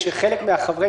אם אחד מחברי